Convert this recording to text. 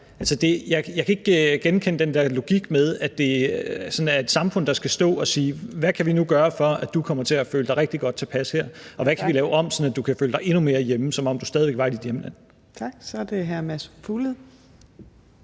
Jeg kan ikke genkende den der logik med, at det er samfundet, der skal stå og sige, hvad vi nu kan gøre, for at du kommer til at føle dig rigtig godt tilpas her, og hvad vi kan lave om, sådan at du kan føle sig endnu mere hjemme, som om du stadig var i dit hjemland. Kl. 15:07 Fjerde